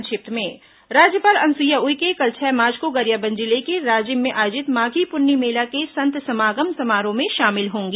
संक्षिप्त समाचार राज्यपाल अनुसुईया उइके कल छह मार्च को गरियाबंद जिले के राजिम में आयोजित माधी पुन्नी मेला के संत समागम समारोह में शामिल होंगी